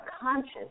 conscious